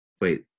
wait